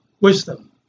wisdom